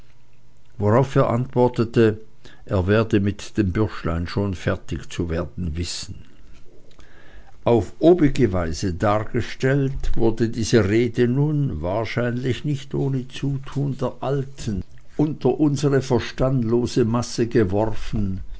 worauf er antwortete er werde mit den bürschlein schon fertig zu werden wissen auf obige weise dargestellt wurde diese rede nun wahrscheinlich nicht ohne zutun der alten unter unsere verstandlose masse geworfen